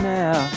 now